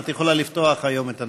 את יכולה לפתוח היום את הנאומים.